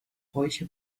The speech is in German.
bräuche